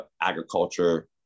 agriculture